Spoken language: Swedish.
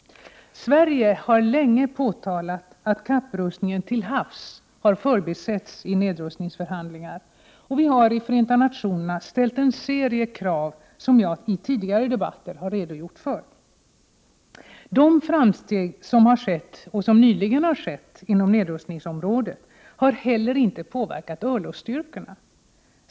Sverige har länge påtalat att kapprustningen till havs förbisetts i nedrustningsförhandlingarna, och i FN har vi ställt en serie krav, som jag i tidigare debatter har redogjort för. De framsteg som nyligen har gjorts inom nedrustningsområdet har heller inte påverkat örlogsstyrkorna.